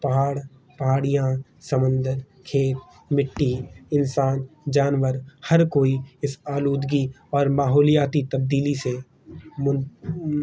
پہاڑ پہاڑیاں سمندر کھیت مٹی انسان جانور ہر کوئی اس آلودگی اور ماحولیاتی تبدیلی سے من